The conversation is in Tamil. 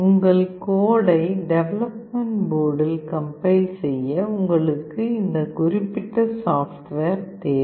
உங்கள் கோடை டெவலப்மெண்ட் போர்டில் கம்பைல் செய்ய உங்களுக்கு இந்த குறிப்பிட்ட சாப்ட்வேர் தேவை